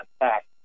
attack